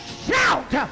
shout